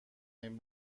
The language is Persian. این